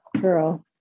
Girl